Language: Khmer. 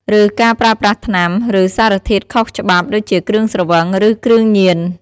ឬការប្រើប្រាស់ថ្នាំ ឬសារធាតុខុសច្បាប់ ដូចជាគ្រឿងស្រវឹង ឬគ្រឿងញៀន ។